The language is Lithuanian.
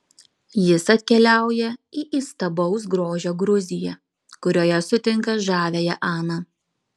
jis atkeliauja į įstabaus grožio gruziją kurioje sutinka žaviąją aną